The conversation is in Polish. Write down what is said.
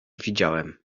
widziałem